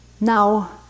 Now